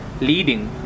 leading